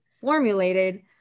formulated